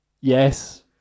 yes